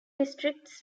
districts